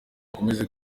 bakomeze